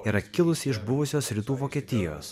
yra kilusi iš buvusios rytų vokietijos